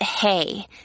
hey